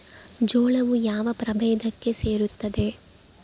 ಜೋಳವು ಯಾವ ಪ್ರಭೇದಕ್ಕೆ ಸೇರುತ್ತದೆ?